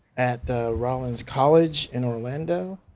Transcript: at the rollins college in orlando.